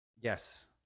Yes